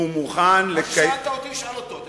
כמו ששאלת אותי, שאל אותו.